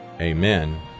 Amen